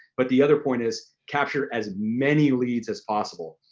but the other point is capture as many leads as possible.